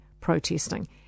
protesting